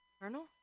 Colonel